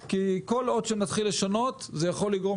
ולא לשנות שום אות כי כל אות שנתחיל לשנות זה יכול לגרום